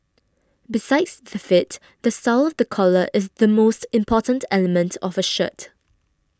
besides the fit the style of the collar is the most important element of a shirt